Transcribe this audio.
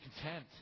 content